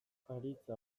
aritza